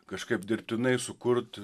kažkaip dirbtinai sukurt